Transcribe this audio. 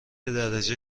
درجه